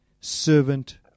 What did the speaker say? servant